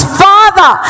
father